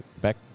back